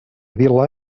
vila